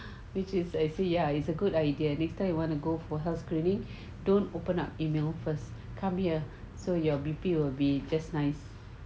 which is a ya it's a good idea later you want to go for health screening don't open up email first come here so you're B_P will be just nice